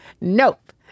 nope